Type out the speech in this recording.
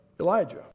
Elijah